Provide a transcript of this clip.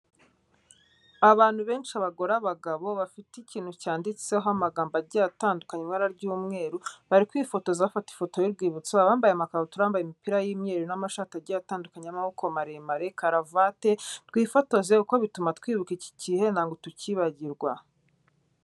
Abantu benshi, abagore, abagabo, bafite ikintu cyanditseho amagambo agiye atandukanye, ibara ry'umweru, bari kwifotoza bafata ifoto y'urwibutso, abambaye amakabutura abambaye imipira y'imyeru n'amashati agiye atandukanye y'amaboko maremare, karavate, twifotoze kuko bituma twibuka iki gihe ntabwo tukibagirwa.